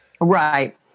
Right